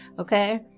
okay